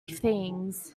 things